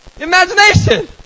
imagination